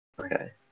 Okay